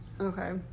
okay